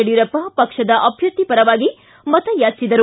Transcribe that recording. ಯಡಿಯೂರಪ್ಪ ಪಕ್ಷದ ಅಭ್ಯರ್ಥಿ ಪರವಾಗಿ ಮತ ಯಾಚಿಸಿದರು